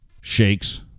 shakes